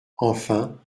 enfin